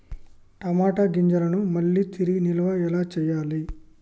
టమాట గింజలను మళ్ళీ తిరిగి నిల్వ ఎలా చేయాలి?